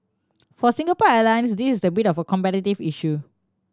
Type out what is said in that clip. for Singapore Airlines this is a bit of a competitive issue